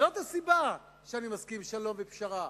זאת הסיבה שאני מסכים לשלום ולפשרה.